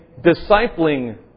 discipling